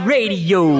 Radio